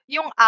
Yung